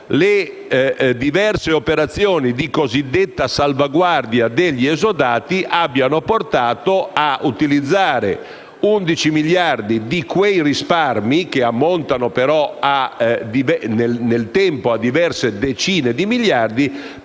le diverse operazioni di cosiddetta salvaguardia degli esodati abbiano portato a utilizzare 11 miliardi di quei risparmi, che ammontano però, nel tempo, a diverse decine di miliardi,